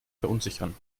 verunsichern